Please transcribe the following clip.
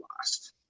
lost